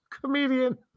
comedian